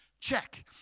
Check